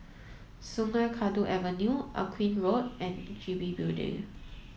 Sungei Kadut Avenue Aqueen Road and G B Building